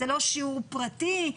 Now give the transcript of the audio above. זה לא שיעור פרטי.